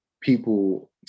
people